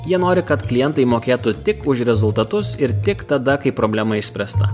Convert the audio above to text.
jie nori kad klientai mokėtų tik už rezultatus ir tik tada kai problema išspręsta